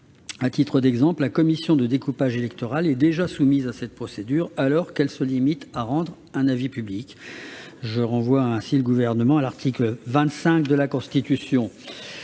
Ainsi, la Commission de contrôle du découpage électoral est déjà soumise à cette procédure, alors qu'elle se limite à rendre un avis public ; je renvoie le Gouvernement à l'article 25 de la Constitution.